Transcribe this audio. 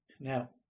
Now